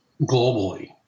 globally